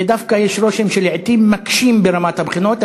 ויש רושם שלעתים דווקא מקשים ברמת הבחינות.